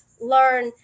learn